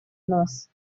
нас